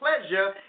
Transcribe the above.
pleasure